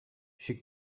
she